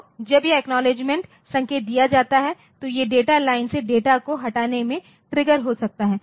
तो जब यह अखनोव्लेद्गेमेन्ट संकेत दिया जाता है तो ये डेटा लाइन से डेटा को हटाने में ट्रिगर हो सकता है